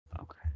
Okay